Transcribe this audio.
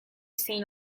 zein